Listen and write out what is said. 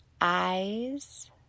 eyes